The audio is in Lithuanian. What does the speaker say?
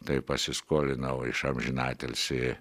tai pasiskolinau iš amžinatilsį